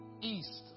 east